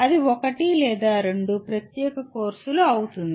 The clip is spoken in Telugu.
అది ఒకటి లేదా రెండు ప్రత్యేక కోర్సులు అవుతుంది